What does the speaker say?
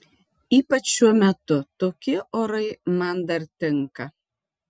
ypač šiuo metu tokie orai man dar tinka